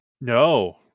No